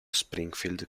springfield